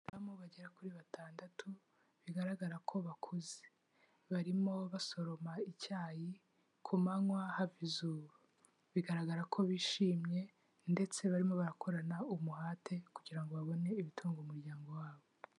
Abadamu bagera kuri batandatu bigaragara ko bakuze, barimo basoroma icyayi ku manywa hava izuba, bigaragara ko bishimye ndetse barimo barakorana umuhate kugira ngo babone ibitunga umuryango wabo.